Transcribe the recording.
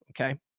Okay